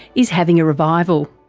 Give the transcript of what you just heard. is having a revival.